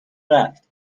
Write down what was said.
رفت